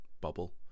bubble